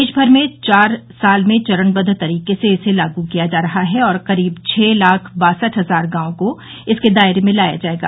देशभर में चार साल में चरणबद्व तरीके से इसे लागू किया जा रहा है और करीब छह लाख बासठ हजार गांवों को इसके दायरे में लाया जायेगा